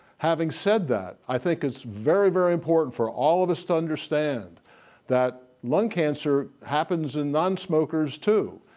having said that, i think it's very, very important for all of us to understand that lung cancer happens in non-smokers too.